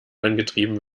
angetrieben